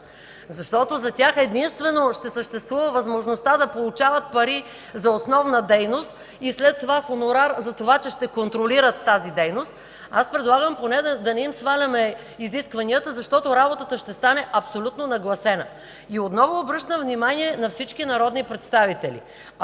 защото за тях единствено ще съществува възможността да получават пари за основна дейност и след това хонорар, защото ще контролират тази дейност, аз предлагам поне да не им сваляме изискванията, защото работата ще стане абсолютно нагласена. Отново обръщам внимание на всички народни представители –